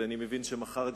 ואני מבין שגם מחר,